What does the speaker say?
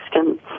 system